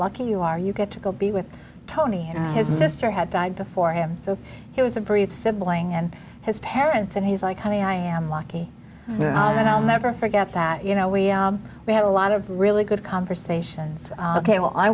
lucky you are you get to go be with tony and his sister had died before him so it was a brief sibling and his parents and he's like honey i am lucky and i'll never forget that you know we we had a lot of really good conversations